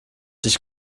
dich